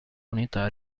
unità